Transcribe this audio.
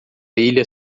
ilha